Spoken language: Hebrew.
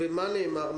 ומה נאמר?